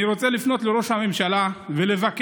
אני רוצה לפנות לראש הממשלה ולבקש: